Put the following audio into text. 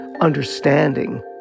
understanding